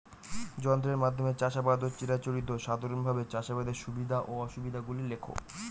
যন্ত্রের মাধ্যমে চাষাবাদ ও চিরাচরিত সাধারণভাবে চাষাবাদের সুবিধা ও অসুবিধা গুলি লেখ?